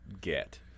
get